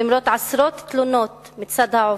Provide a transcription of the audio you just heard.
למרות עשרות תלונות מצד העובדים,